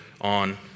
on